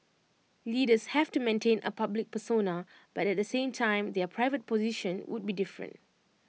leaders have to maintain A public persona but at the same time their private position would be different